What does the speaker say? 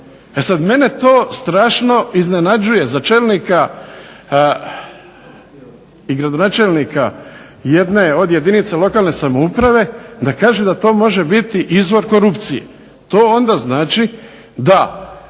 E sada, mene to strašno iznenađuje za čelnika i gradonačelnika jedne od jedinica lokalne samouprave da kaže da to može biti izvor korupcije. To onda znači da